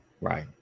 right